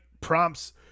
prompts